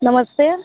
नमस्ते